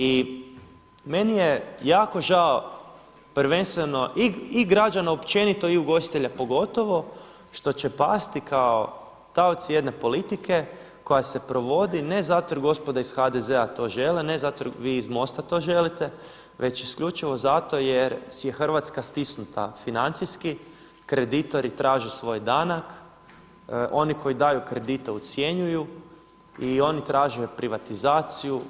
I meni je jako žao prvenstveno i građana općenito i ugostitelja pogotovo što će pasti kao taoci jedne politike koja se provodi, ne zato jer gospoda iz HDZ-a to žele, ne zato jer vi iz MOST-a to želite, već isključivo zato jer je Hrvatska stisnuta financijski, kreditori traže svoj danak, oni koji daju kredite ucjenjuju i oni traže privatizaciju.